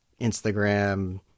instagram